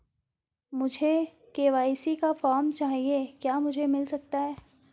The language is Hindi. मुझे के.वाई.सी का फॉर्म चाहिए क्या मुझे मिल सकता है?